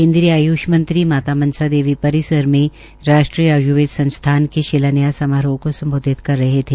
केन्द्रीय आयुष मंत्री माता मनसा देवी परिसर में राष्ट्रीय आयुर्वेद संस्थान के शिलान्यास समारोह को सम्बोधित कर रहे थे